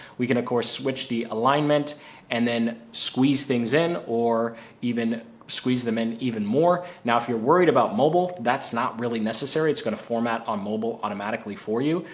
we can of course, switch the alignment and then squeeze things in or even squeeze them in even more. now, if you're worried about mobile, that's not really necessary. it's going to format on mobile automatically for you.